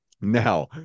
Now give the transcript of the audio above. Now